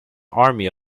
army